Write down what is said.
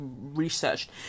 researched